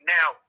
Now